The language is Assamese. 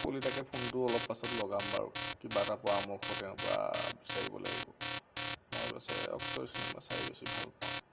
কলিতাকে ফোনটো অলপ পাছত লগাম বাৰু কিবা এটা পৰামৰ্শ তেওঁৰপৰা বিচাৰিব লাগিব মই বেছি অক্ষয় চিনেমা চাই বেছি ভাল পাওঁ